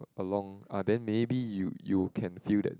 along ah then maybe you you can feel that